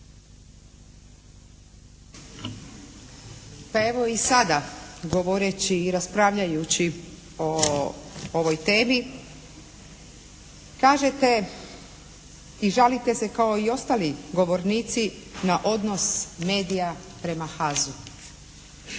Pa evo i sada govoreći i raspravljajući o ovoj temi kažete i žalite se kao i ostali govornici na odnos medija prema HAZU.